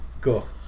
Cool